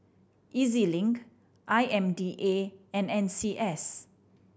E Z Link I M D A and N C S